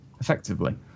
effectively